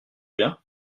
bien